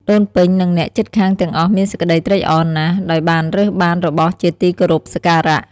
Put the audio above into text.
ដូនពេញ និងអ្នកជិតខាងទាំងអស់មានសេចក្តីត្រេកអរណាស់ ដោយបានរើសបានរបស់ជាទីគោរពសក្ការៈ។